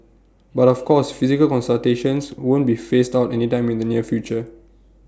but of course physical consultations won't be phased out anytime in the near future